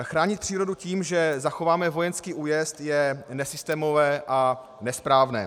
Chránit přírodu tím, že zachováme vojenský újezd, je nesystémové a nesprávné.